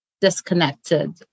disconnected